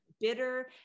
bitter